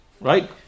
right